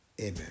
Amen